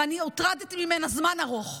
ואני הוטרדתי ממנה זמן ארוך.